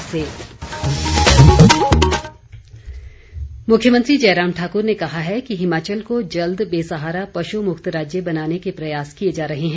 मुख्यमंत्री मुख्यमंत्री जयराम ठाकुर ने कहा है कि हिमाचल को जल्द बेसहारा पशु मुक्त राज्य बनाने के प्रयास किए जा रहे हैं